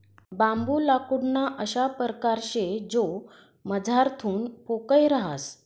बांबू लाकूडना अशा परकार शे जो मझारथून पोकय रहास